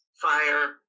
fire